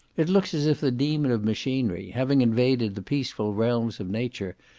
it looks as if the demon of machinery, having invaded the peaceful realms of nature,